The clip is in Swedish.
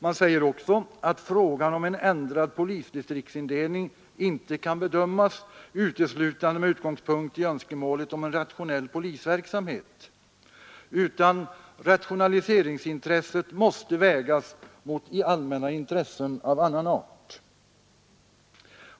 Man säger också att frågan om en ändrad polisdistriktsindelning inte kan bedömas uteslutande med utgångspunkt i önskemålet om en rationell polisverksamhet, utan rationaliseringsintresset måste vägas mot allmänna intressen av annan art.